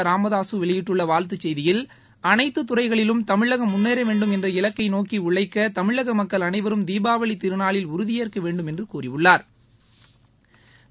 ராமதாசு வெளியிட்டுள்ள வாழ்த்து செய்தியில் அனைத்து துறைகளிலும் தமிழகம் முள்ளேற வேண்டும் என்ற இலக்கை நோக்கி உழைக்க தமிழக மக்கள் அனைவரும் தீபாவளி திருநாளில் உறுதியேற்க வேண்டும் என்று கூறியுள்ளாா்